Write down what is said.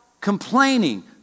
complaining